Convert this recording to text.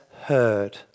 heard